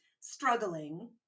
struggling